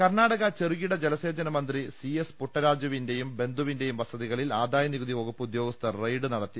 കർണാടക ചെറുകിട ജലസേചന മന്ത്രി സി എസ് പുട്ടരാജു വിന്റെയും ബന്ധുവിന്റെയും വസതികളിൽ ആദായനികുതി വകുപ്പ് ഉദ്യോഗസ്ഥർ റെയ്ഡ് നടത്തി